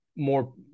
more